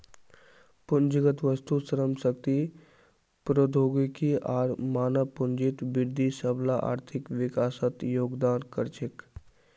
पूंजीगत वस्तु, श्रम शक्ति, प्रौद्योगिकी आर मानव पूंजीत वृद्धि सबला आर्थिक विकासत योगदान कर छेक